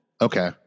okay